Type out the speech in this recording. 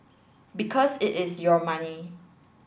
because it is your money